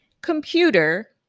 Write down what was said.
computer